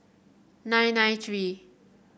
nine nine three